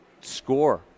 score